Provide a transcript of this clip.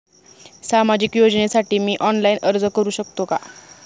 सामाजिक योजनेसाठी मी ऑनलाइन अर्ज करू शकतो का?